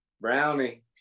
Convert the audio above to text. Brownie